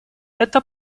эта